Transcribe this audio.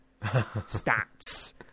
stats